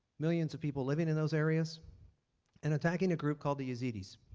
millions of people living in those areas and attacking a group called the yazidis.